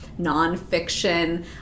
nonfiction